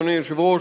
אדוני היושב-ראש,